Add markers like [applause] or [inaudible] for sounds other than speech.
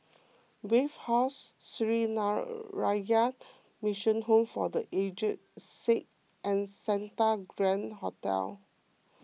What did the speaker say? Wave House Sree [unintelligible] Mission Home for the Aged Sick and Santa Grand Hotel